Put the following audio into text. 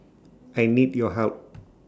I need your help